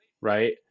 Right